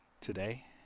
today